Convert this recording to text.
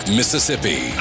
Mississippi